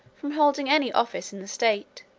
from holding any office in the state